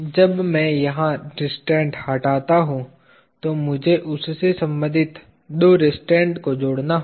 जब मैं यहां रिस्ट्रैन्ट हटाता हूं तो मुझे उससे संबंधित दो रेस्ट्रॉन्ट्स को जोड़ना होगा